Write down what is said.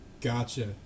gotcha